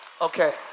okay